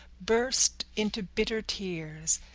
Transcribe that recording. burst into bitter tears.